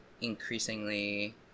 increasingly